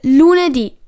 lunedì